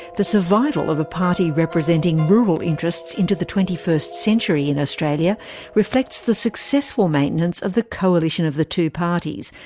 the survival of a party representing rural interests into the twenty first century in australia reflects the successful maintenance of the coalition of the two parties,